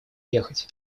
ехать